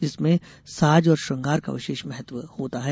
जिसमें साज और श्रृंगार का विशेष महत्व होता है